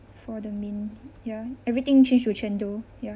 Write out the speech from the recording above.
for the main ya everything change to cendol ya